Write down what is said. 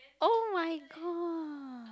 oh-my-god